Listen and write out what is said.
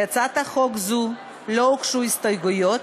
להצעת החוק הזו לא הוגשו הסתייגויות.